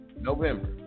November